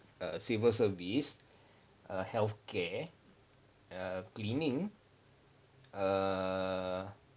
err civil service err healthcare err cleaning err